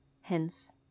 Hence